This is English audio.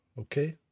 okay